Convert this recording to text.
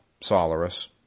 Solaris